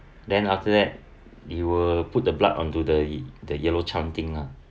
then after that they will put the blood onto the the yellow chant thing lah